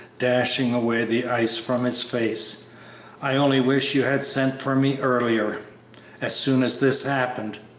dashing away the ice from his face i only wish you had sent for me earlier as soon as this happened.